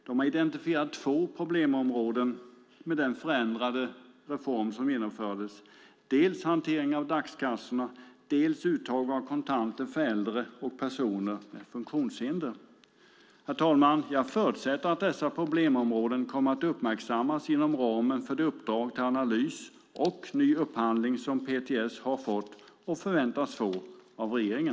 De har identifierat två problemområden med den reform som genomfördes, dels hantering av dagskassorna, dels uttag av kontanter för äldre och personer med funktionshinder. Herr talman! Jag förutsätter att dessa problemområden kommer att uppmärksammas inom ramen för det uppdrag om analys och ny upphandling som PTS har fått och förväntas få av regeringen.